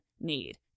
need